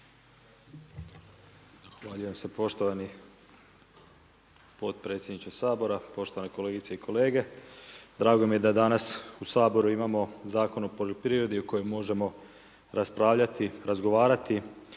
Zahvaljujem se poštovani potpredsjedniče Sabora, poštovane kolegice i kolege. Drago mi je da danas u Saboru imamo Zakon o poljoprivredi, o kojoj možemo raspravljati, razgovarati.